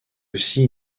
aussi